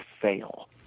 fail